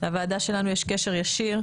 לוועדה שלנו יש קשר ישיר,